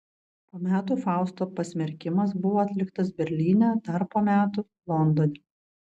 po metų fausto pasmerkimas buvo atliktas berlyne dar po metų londone